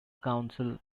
council